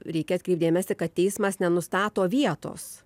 reikia atkreipt dėmesį kad teismas nenustato vietos